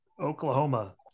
oklahoma